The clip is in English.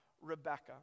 Rebecca